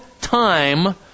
time